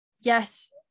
yes